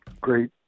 great